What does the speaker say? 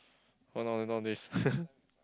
now nowadays